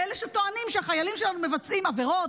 לאלה שטוענים שהחיילים שלנו מבצעים עבירות?